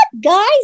guys